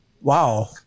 Wow